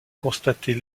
constater